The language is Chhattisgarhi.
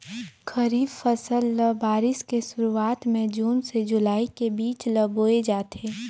खरीफ फसल ल बारिश के शुरुआत में जून से जुलाई के बीच ल बोए जाथे